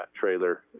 trailer